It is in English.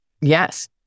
Yes